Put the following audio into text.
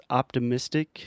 optimistic